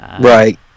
Right